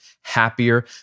happier